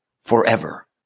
forever